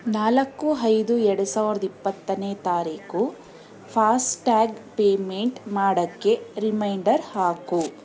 ನಾಲ್ಕು ಐದು ಎರಡು ಸಾವಿರದ ಇಪ್ಪತ್ತನೇ ತಾರೀಕು ಫಾಸ್ಟ್ಯಾಗ್ ಪೇಮೆಂಟ್ ಮಾಡೋಕ್ಕೆ ರಿಮೈಂಡರ್ ಹಾಕು